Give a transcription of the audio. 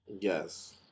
Yes